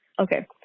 okay